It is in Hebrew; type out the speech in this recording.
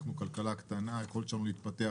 אנחנו כלכלה קטנה, היכולת שלנו להתפתח